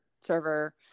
server